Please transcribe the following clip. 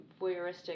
voyeuristic